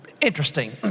interesting